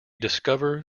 discover